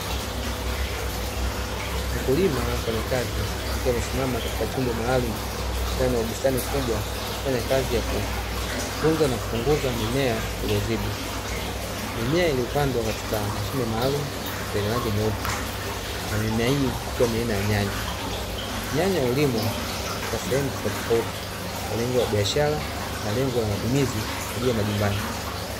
Mkulima au mfanyakazi akiwa amesimama katika chombo maalumu ndani ya bustani kubwa, akifanya kazi ya kutunza na kupunguza mimea iliyozidi. Mimea iliyopandwa katika mashine maalumu yenye rangi nyeupe na mimea hii ikiwa ni aina ya nyanya. Nyanya hulimwa katika sehemu tofautitofauti kwa lengo la biashara na lengo la matumizi kwa ajili ya majumbani.